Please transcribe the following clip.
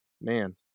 Man